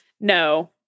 No